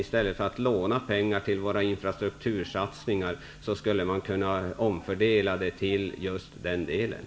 I stället för att låna till våra infrastruktursatsningar skulle man kunna omfördela resurser till just det området.